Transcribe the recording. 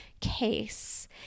case